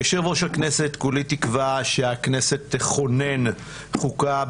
כיושב-ראש הכנסת כולי תקווה שהכנסת תכונן חוקה,